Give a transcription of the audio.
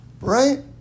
right